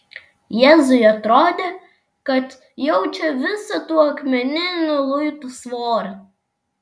jėzui atrodė kad jaučia visą tų akmeninių luitų svorį